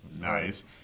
nice